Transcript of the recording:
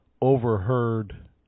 overheard